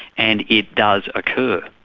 and it does occur.